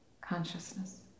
consciousness